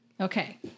Okay